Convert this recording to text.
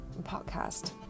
podcast